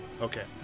Okay